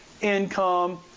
income